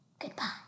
Goodbye